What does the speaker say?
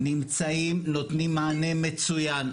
נמצאים ונותנים מענה מצוין.